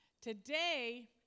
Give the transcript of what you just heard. Today